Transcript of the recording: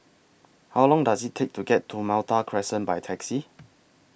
How Long Does IT Take to get to Malta Crescent By Taxi